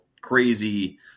crazy